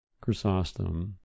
Chrysostom